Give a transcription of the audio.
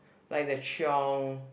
like the chiong